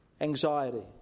Anxiety